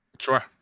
Sure